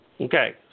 Okay